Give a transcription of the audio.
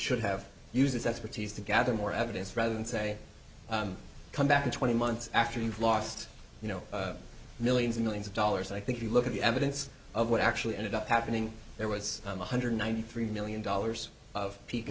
should have used its expertise to gather more evidence rather than say come back in twenty months after you've lost you know millions and millions of dollars i think you look at the evidence of what actually ended up happening there was one hundred ninety three million dollars of pe